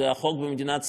זה החוק במדינת ישראל,